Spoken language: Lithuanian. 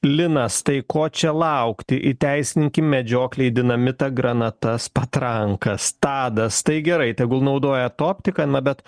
linas tai ko čia laukti įteisinkim medžioklėj dinamitą granatas patrankas tadas tai gerai tegul naudoja tą optiką na bet